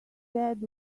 said